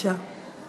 (הגדלת הסיוע לניצולי שואה),